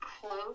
close